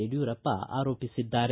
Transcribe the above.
ಯಡಿಯೂರಪ್ಪ ಆರೋಪಿಸಿದ್ದಾರೆ